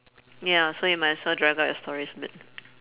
ya so you might as well drive out your stories a bit